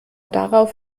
darauf